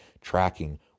tracking